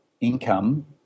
income